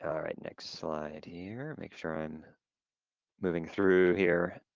all right, next slide here. make sure i'm moving through here.